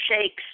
shakes